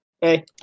hey